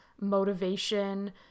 motivation